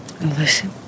listen